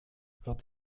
wird